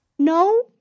No